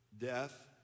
death